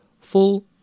full